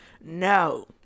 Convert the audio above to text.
no